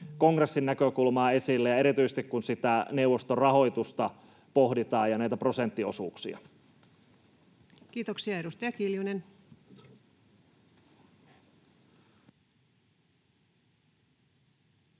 kongressin näkökulmaa esille, erityisesti silloin, kun neuvoston rahoitusta ja näitä prosenttiosuuksia pohditaan. Kiitoksia. — Edustaja Kiljunen.